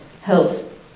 helps